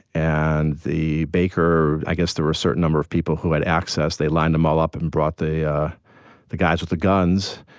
and the baker i guess there were a certain number of people who had access. they lined them all up and brought the ah the guys with the guns,